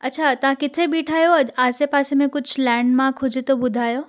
अच्छा तव्हां किथे बीठा आहियो आसे पासे में कुझु लैंडमाक हुजे त ॿुधायो